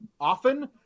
often